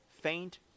faint